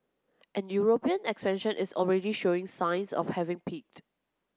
and European expansion is already showing signs of having peaked